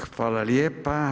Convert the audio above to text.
Hvala lijepa.